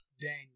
Daniel